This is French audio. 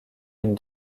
une